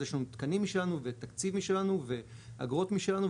אז יש לנו תקנים משלנו ותקציב משלנו ואגרות משלנו,